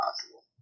possible